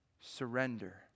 Surrender